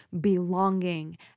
belonging